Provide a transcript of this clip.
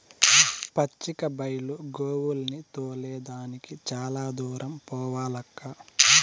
పచ్చిక బైలు గోవుల్ని తోలే దానికి చాలా దూరం పోవాలక్కా